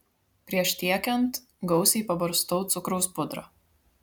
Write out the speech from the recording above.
prieš tiekiant gausiai pabarstau cukraus pudra